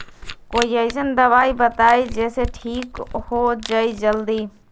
कोई अईसन दवाई बताई जे से ठीक हो जई जल्दी?